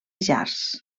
jazz